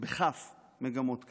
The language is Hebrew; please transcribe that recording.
מגמות כאלה.